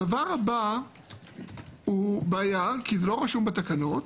הדבר הבא הוא בעיה, כי הוא לא רשום בתקנות